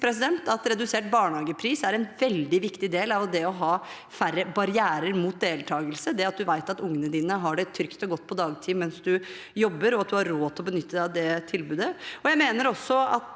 redusert barnehagepris er en veldig viktig del av det å ha færre barrierer mot deltakelse, det at man vet at ungene har det trygt og godt på dagtid mens man jobber, og at man har råd til å benytte seg av det tilbudet.